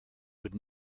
would